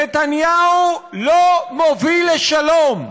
נתניהו לא מוביל לשלום,